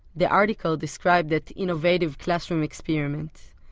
the article described that innovative classroom experiment.